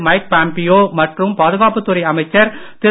mic Pompeo மற்றும் பாதுகாப்புத் துறை அமைச்சர் திரு